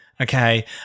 okay